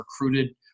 recruited